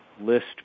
list